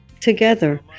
together